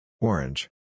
Orange